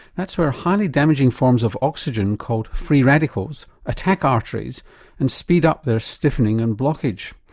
that's where highly damaging forms of oxygen called free radicals attack arteries and speed up their stiffening and blockage.